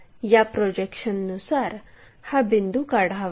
या प्रोजेक्शननुसार हा बिंदू काढावा